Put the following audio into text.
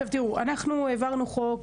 אנחנו העברנו חוק,